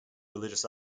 religious